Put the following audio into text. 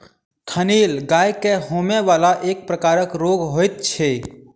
थनैल गाय के होमय बला एक प्रकारक रोग होइत छै